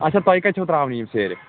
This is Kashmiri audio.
اچھا تۄہہِ کَتہِ چھو ترٛاوٕنۍ یِم سِیَیٚرِ